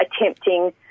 attempting